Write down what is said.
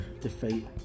defeat